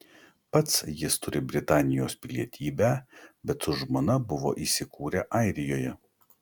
pats jis turi britanijos pilietybę bet su žmona buvo įsikūrę airijoje